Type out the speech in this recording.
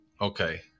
Okay